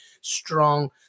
strong